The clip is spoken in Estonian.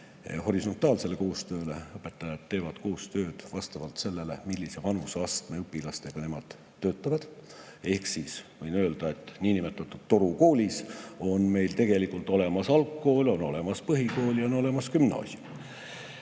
horisontaalsele koostööle. Õpetajad teevad koostööd vastavalt sellele, millise vanuseastme õpilastega nad töötavad. Ma võin öelda, et niinimetatud torukoolis on meil tegelikult olemas algkool, on olemas põhikool ja on olemas gümnaasium.